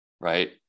right